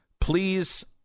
please